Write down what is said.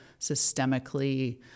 systemically